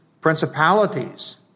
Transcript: principalities